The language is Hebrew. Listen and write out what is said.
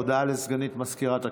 הודעה לסגנית מזכירת הכנסת,